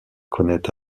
connaît